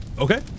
Okay